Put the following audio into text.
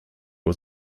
was